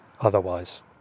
otherwise